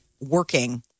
working